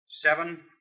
Seven